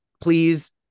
Please